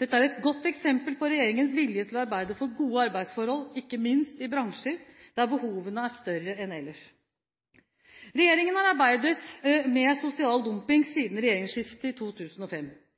Dette er et godt eksempel på regjeringens vilje til å arbeide for gode arbeidsforhold, ikke minst i bransjer der behovene er større enn ellers. Regjeringen har arbeidet med sosial dumping siden regjeringsskiftet i 2005.